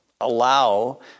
allow